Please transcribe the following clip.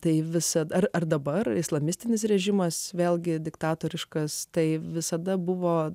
tai visada ar dabar islamistinis režimas vėlgi diktatoriškas tai visada buvo